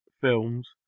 films